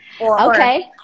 okay